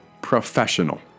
professional